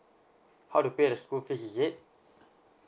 how to pay the school fees is it